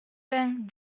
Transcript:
vingt